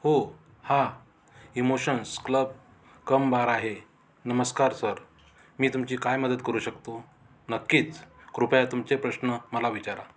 हो हां emotions club cum bar आहे नमस्कार सर मी तुमची काय मदत करू शकतो नक्कीच कृपया तुमचे प्रश्न मला विचारा